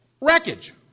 wreckage